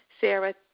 Sarah